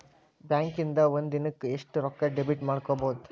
ಬ್ಯಾಂಕಿಂದಾ ಒಂದಿನಕ್ಕ ಎಷ್ಟ್ ರೊಕ್ಕಾ ಡೆಬಿಟ್ ಮಾಡ್ಕೊಬಹುದು?